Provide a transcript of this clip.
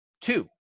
two